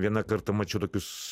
vieną kartą mačiau tokius